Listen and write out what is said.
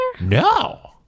No